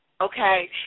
okay